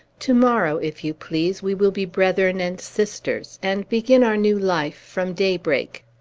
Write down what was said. tomorrow, if you please, we will be brethren and sisters, and begin our new life from daybreak.